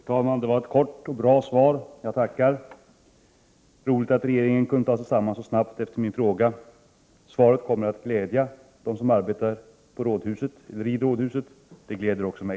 Herr talman! Det var ett kort och bra svar — jag tackar. Roligt att regeringen kunde ta sig samman så snabbt efter min fråga. Svaret kommer att glädja dem som arbetar i rådhuset. Det gläder också mig.